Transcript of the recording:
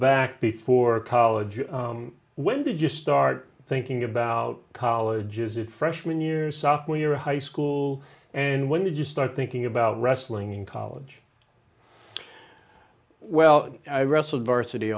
back before college when did you start thinking about college is it freshman year software your high school and when did you start thinking about wrestling in college well i wrestled varsity